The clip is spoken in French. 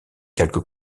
quelques